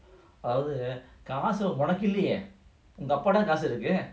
அதாவதுகாசுஉனக்கில்லையேஉங்கஅப்பாகிட்டதானேகாசுஇருக்கு:adhavathu kaasu unakillaye unga appakita thane kaasi iruku